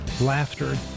laughter